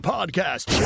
Podcast